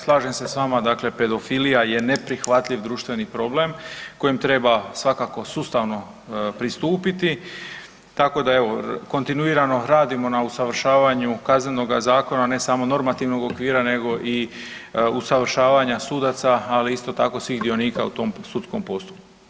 Slažem se s vama, dakle pedofilija je neprihvatljiv društveni problem kojem treba svakako sustavno pristupiti, tako da evo, kontinuirano radimo na usavršavanju Kaznenoga zakona, ne samo normativnog okvira nego i usavršavanja sudaca, ali isto tako, svih dionika u tom sudskom postupku.